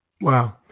Wow